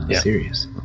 Serious